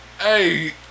Hey